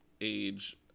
age